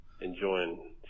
enjoying